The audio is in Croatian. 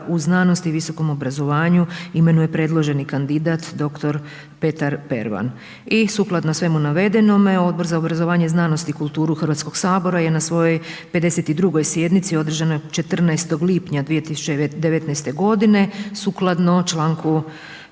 u znanosti i visokom obrazovanju imenuje predloženi kandidat dr. Petar Pervan. I sukladno svemu navedenome Odbor za obrazovanje i znanost i kulturu HS je na svojoj 52. sjednici održanoj 14. lipnja 2019.g. sukladno čl.